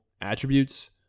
attributes